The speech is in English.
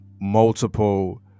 multiple